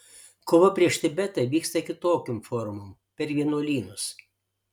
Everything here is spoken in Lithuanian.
kova prieš tibetą vyksta kitokiom formom per vienuolynus